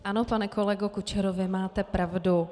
Ano, pane kolego Kučero, vy máte pravdu.